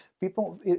people